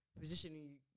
positioning